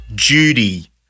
Judy